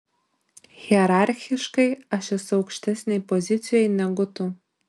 hierarchiškai aš esu aukštesnėj pozicijoj negu tu